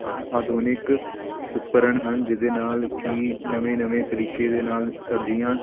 ਆ ਆਧੁਨਿਕ ਉਪਕਰਨ ਹਨ ਜਿਹਦੇ ਨਾਲ ਕਿ ਨਵੇਂ ਨਵੇਂ ਤਰੀਕੇ ਦੇ ਨਾਲ ਸਬਜ਼ੀਆਂ